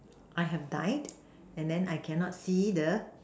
I have died and then I cannot see the